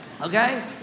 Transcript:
okay